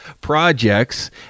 projects